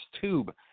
tube